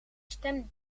stem